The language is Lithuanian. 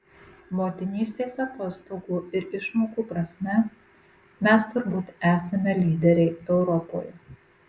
motinystės atostogų ir išmokų prasme mes turbūt esame lyderiai europoje